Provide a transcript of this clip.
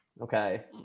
Okay